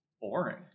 boring